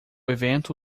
evento